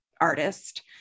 artist